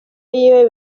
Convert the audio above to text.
yiwe